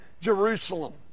Jerusalem